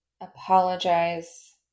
apologize